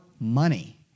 money